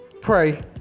pray